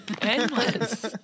endless